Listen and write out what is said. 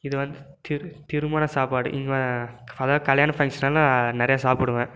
இது வந்து திரு திருமண சாப்பாடு இங்கே அதுதான் கல்யாண ஃபங்ஷன்லலாம் நிறையா சாப்பிடுவேன்